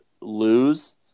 lose